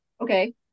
Okay